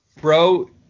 bro